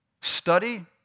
study